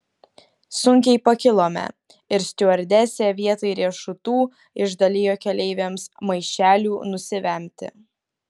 sunkiai pakilome ir stiuardesė vietoj riešutų išdalijo keleiviams maišelių nusivemti